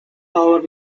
our